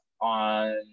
on